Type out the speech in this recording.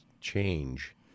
change